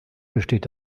besteht